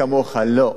כמוך, לא.